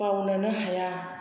बावनोनो हाया